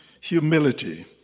humility